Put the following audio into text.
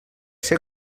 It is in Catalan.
ser